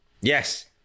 Yes